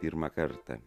pirmą kartą